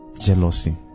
jealousy